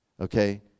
okay